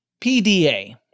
PDA